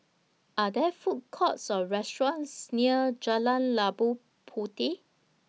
Are There Food Courts Or restaurants near Jalan Labu Puteh